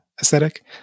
aesthetic